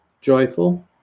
joyful